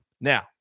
Now